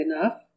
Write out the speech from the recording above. enough